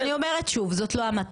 אז אני אומרת שוב, זאת לא המטרה.